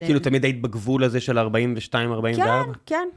כאילו תמיד היית בגבול הזה של 42 ו-48? כן, כן.